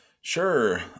Sure